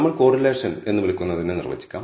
നമ്മൾ കോറിലേഷൻ എന്ന് വിളിക്കുന്നതിനെ നിർവചിക്കാം